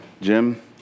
Jim